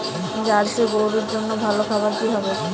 Jersey গরুর জন্য ভালো খাবার কি হবে?